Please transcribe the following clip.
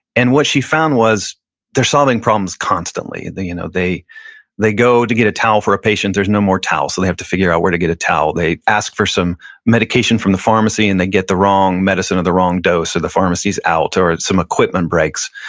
and what she found was they're solving problems constantly. they you know they go to get a towel for a patient, there's no more towels, so they have to figure out where to get a towel. they ask for some medication from the pharmacy and they get the wrong medicine or the wrong dose or the pharmacy is out or some equipment breaks.